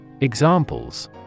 Examples